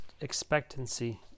expectancy